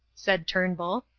said turnbull.